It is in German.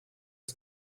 das